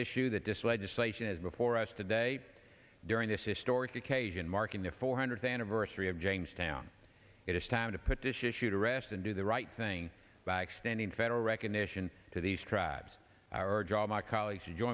issue that this legislation is before us today historic occasion marking the four hundredth anniversary of jamestown it is time to put this issue to rest and do the right thing by extending federal recognition to these tribes our job my colleagues